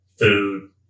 food